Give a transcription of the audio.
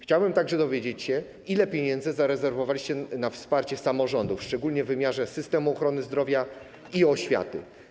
Chciałbym także dowiedzieć się, ile pieniędzy zarezerwowaliście na wsparcie samorządów, szczególnie w wymiarze systemu ochrony zdrowia i oświaty.